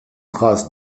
trace